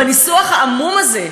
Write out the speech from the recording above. בניסוח העמום הזה,